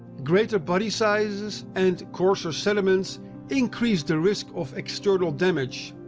greater body size and coarser sediments increased the risk of external damage.